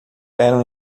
eram